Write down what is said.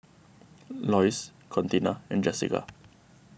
Lois Contina and Jesica